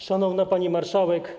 Szanowna Pani Marszałek!